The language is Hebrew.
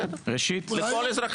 מספרי העולים - כשאני לוקח 4 עד 5 שנים,